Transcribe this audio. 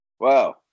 Wow